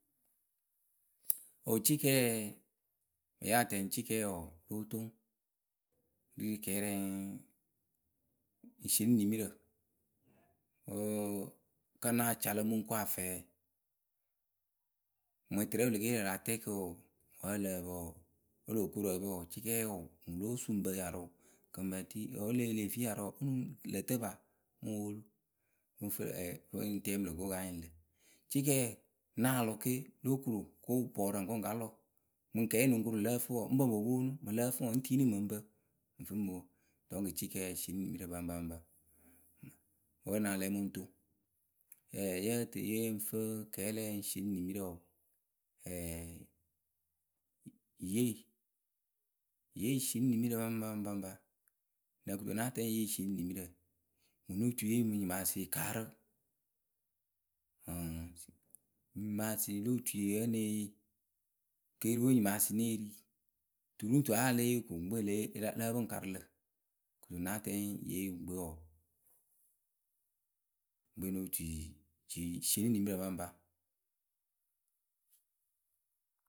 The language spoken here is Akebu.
O cikɛɛ. yah tɛŋ cikɛɛ wɔɔ, lóo toŋ ri kɛɛyǝ rɛ ŋ sieni nimirǝ wǝ́ kǝ́ ŋ náa ca lǝ̈ mɨ ŋ ko afɛɛ. mɨŋ tɨrɛ wǝ le ke yee lǝ̈ rǝ atɛɛkǝ wǝǝ, mɨŋ ǝ lǝǝ pǝ wǝǝ, o loo koru ǝ pǝ wɔɔ, cikɛɛyǝ wɔɔ, ŋwǝ lóo suu ŋ pǝ nyarʊ kɨ ŋ pe tii, wǝ́ lǝ pǝ leh fii nyarʊ wǝ́ ŋ lǝ̈ tǝ paa? ŋ mɨ woolu. ŋ fɨ lǝ ɛɛ, pǝŋ tɛɛ mɨ lǝ̈ pǝ ko pɨ ka nyɩŋ lǝ̈. Cikɛɛ ŋ náa lɔ ke lóo koru o ko bɔɔrǝ ŋ ko ŋ ka lɔ. Mɨŋ kɛɛ ye lɨŋ koru lǝ ǝ fɨ wǝǝ, ŋ pǝ ŋ po pwo nɨ? Mɨŋ lǝ́ǝ fɨ ŋwǝ wɔɔ, ŋ tiini mɨ ŋ pǝ ŋ fɨ po. Donc cikɛɛ sieni nimirǝ baŋpaŋpa wǝ́ ŋ náa lɛ mɨ ŋ toŋ. Yǝ tɨ yǝ ŋ fɨ kɛɛ lǝ yǝ ŋ sieni nimirǝ wǝǝ,ɛɛ yee. Yee sieni nimirǝ baŋpaŋpa nɛ kɨto wǝ́ŋ́ náa tɛŋ ŋ yee sieni nimirǝ? Mǝŋ no otuiye mɨ nyimaasɩ kaarǝ ǝŋ, nyimaasɩ lo tui wǝ́ ŋ née yee. Keeriwe nyimaasɩ ŋ née ri tu ru ŋ tu wǝ́ a lée yee ko ŋwǝ ŋkpɛ ya lǝ́ǝ pɨ ŋ karɨ lǝ̈; Kɨto wǝ́ ŋ́ náa tɛŋ yee ŋwǝ ŋkpɛ wɔɔ, ŋwe no tui sieni nimirǝ baŋpa.